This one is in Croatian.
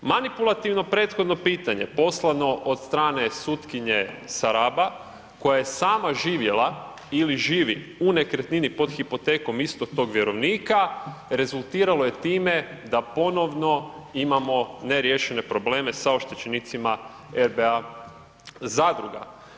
Manipulativno prethodno pitanje poslao od strane sutkinje sa Raba koja je sama živjela ili živi u nekretnini pod hipotekom istog tog vjerovnika rezultiralo je time da ponovno imamo neriješene probleme sa oštećenicima RBA zadruga.